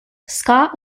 scott